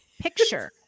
picture